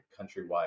countrywide